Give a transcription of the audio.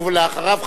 ואחריו,